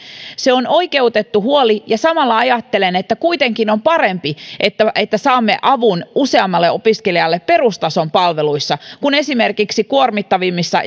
se on oikeutettu huoli ja samalla ajattelen että kuitenkin on parempi että että saamme avun useammalle opiskelijalle perustason palveluissa kuin esimerkiksi kuormittavammissa